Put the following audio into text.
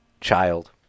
child